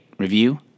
review